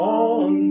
on